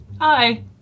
Hi